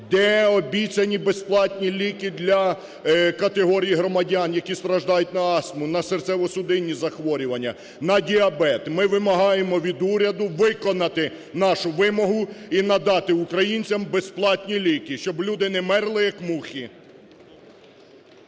Де обіцяні безплатні ліки для категорій громадян, які страждають на астму, на серцево-судинні захворювання, на діабет? Ми вимагаємо від уряду виконати нашу вимогу і надати українцям безплатні ліки, щоб люди не мерли, як мухи.